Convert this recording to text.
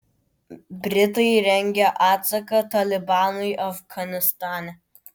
britai rengia atsaką talibanui afganistane